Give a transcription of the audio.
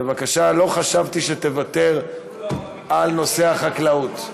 בבקשה, לא חשבתי שתוותר על נושא החקלאות.